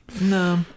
No